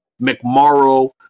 McMorrow